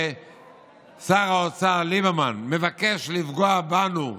ששר האוצר ליברמן מבקש לפגוע בנו,